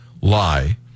lie